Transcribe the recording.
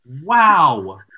Wow